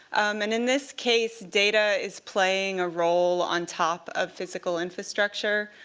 and in this case, data is playing a role on top of physical infrastructure,